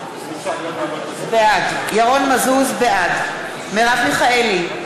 בעד מרב מיכאלי,